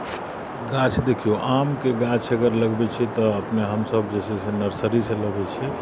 गाछ देखियौ आमके गाछ अगर लगबैत छियै तऽ अपने हमसभ जे छै से नर्सरीसँ लबैत छियै